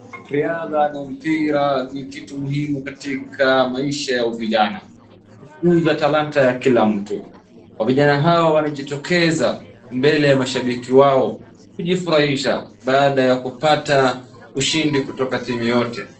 Kiriaga ni mpira ni kitu muhimu katika maisha vijana, hukuza talanta ya kila mtu, wavijana hao wanajitokeza mbele ya mashabiki wao kujifurahisha baada kupata ushindi kutoka timu yote.